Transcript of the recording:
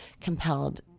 compelled